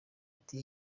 ati